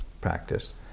practice